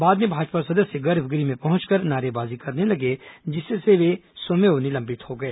बाद में भाजपा सदस्य गर्भगृह में पहंचकर नारेबाजी करने लगे जिससे वे स्वमेव निलंबित हो गए